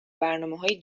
برنامههای